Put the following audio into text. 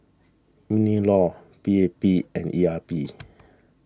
MinLaw P A P and E R P